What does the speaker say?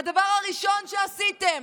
הדבר הראשון שעשיתם,